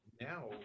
now